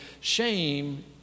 Shame